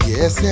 Yes